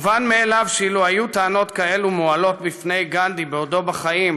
מובן מאליו שאם היו טענות כאלה מועלות בפני גנדי בעודו בחיים